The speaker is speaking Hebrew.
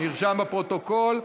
נרשם בפרוטוקול.